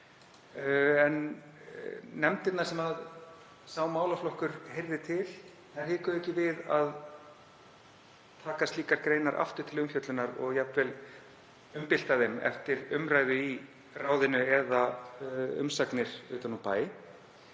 en nefndirnar sem sá málaflokkur heyrði til hikuðu ekki við að taka slíkar greinar aftur til umfjöllunar og jafnvel umbylta þeim eftir umræðu í ráðinu eða umsagnir utan úr bæ.